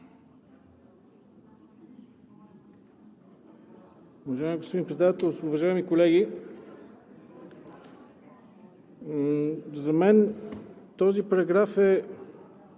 Уважаеми господин Председател, уважаеми колеги! За мен този параграф е